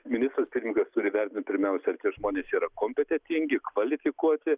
ministras pirmininkas turi vertint pirmiausia ar tie žmonės yra kompetentingi kvalifikuoti